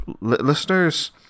listeners